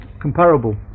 comparable